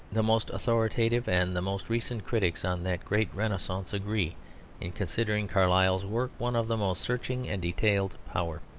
the most authoritative and the most recent critics on that great renaissance agree in considering carlyle's work one of the most searching and detailed power.